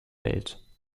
welt